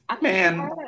Man